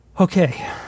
Okay